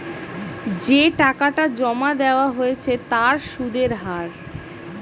যে টাকাটা জমা দেওয়া হচ্ছে তার সুদের হার